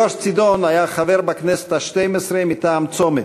יואש צידון היה חבר בכנסת השתים-עשרה מטעם צומת,